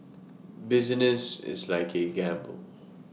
business is like A gamble